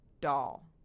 Doll